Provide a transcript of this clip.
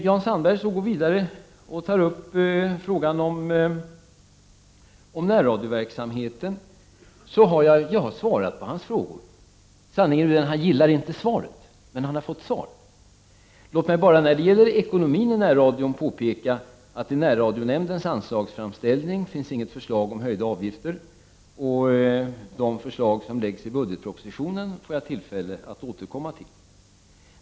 Jan Sandberg går så vidare och tar upp frågan om närradioverksamheten. Jag har på den punkten svarat på hans frågor. Sanningen är att han har fått svar, men han gillar inte svaret. Låt mig bara när det gäller ekonomin i närradion påpeka att det i närradionämndens anslagsframställning inte finns något förslag om höjda avgifter. De förslag inom detta område som läggs fram i budgetpropositionen får jag tillfälle att återkomma till.